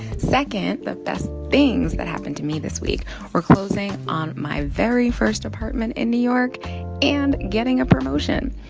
second, the best things that happened to me this week were closing on my very first apartment in new york and getting a promotion.